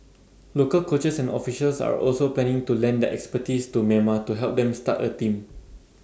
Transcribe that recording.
local coaches and officials are also planning to lend their expertise to Myanmar to help them start A team